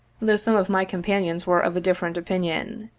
though some of my companions were of a different opinion.